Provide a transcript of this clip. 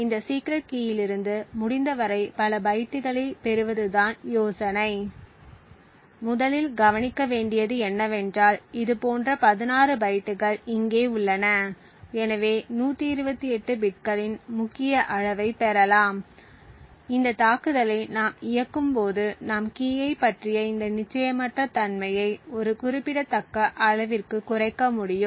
இந்த சீக்ரெட் கீயிலிருந்து முடிந்தவரை பல பைட்டுகளைப் பெறுவதுதான் யோசனை முதலில் கவனிக்க வேண்டியது என்னவென்றால் இதுபோன்ற 16 பைட்டுகள் இங்கே உள்ளன எனவே 128 பிட்களின் முக்கிய அளவைப் பெறுவோம் இந்த தாக்குதலை நாம் இயக்கும்போது நாம் கீயைப் பற்றிய இந்த நிச்சயமற்ற தன்மையை ஒரு குறிப்பிடத்தக்க அளவிற்கு குறைக்க முடியும்